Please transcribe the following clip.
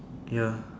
ya